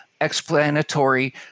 explanatory